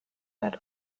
that